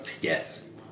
yes